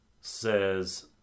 says